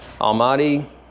Almighty